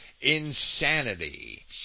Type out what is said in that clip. insanity